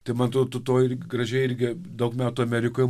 tai man atrodo tu to ir gražiai irgi daug metų amerikoje